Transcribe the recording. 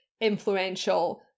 influential